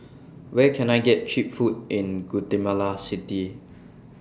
Where Can I get Cheap Food in Guatemala City